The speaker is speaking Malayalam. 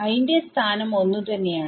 i ന്റെ സ്ഥാനം ഒന്ന് തന്നെയാണ്